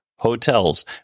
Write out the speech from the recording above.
hotels